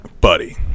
Buddy